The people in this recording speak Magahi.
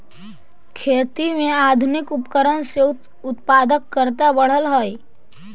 खेती में आधुनिक उपकरण से उत्पादकता बढ़ले हइ